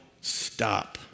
stop